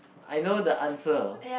I know the answer